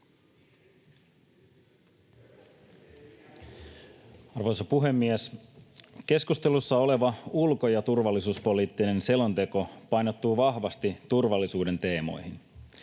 Arvoisa puhemies! Keskustelussa oleva ulko- ja turvallisuuspoliittinen selonteko painottuu vahvasti turvallisuuden teemoihin.